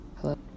hello